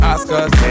Oscars